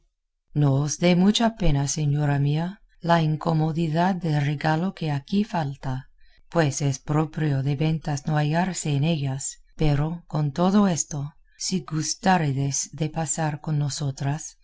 os dé mucha pena señora mía la incomodidad de regalo que aquí falta pues es proprio de ventas no hallarse en ellas pero con todo esto si gustáredes de pasar con nosotras